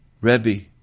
Rebbe